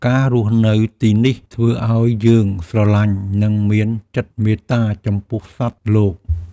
ការរស់នៅទីនេះធ្វើឱ្យយើងស្រឡាញ់ និងមានចិត្តមេត្តាចំពោះសត្វលោក។